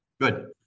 Good